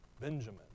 Benjamin